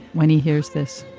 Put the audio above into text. when he hears this,